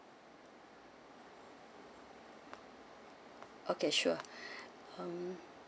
okay sure um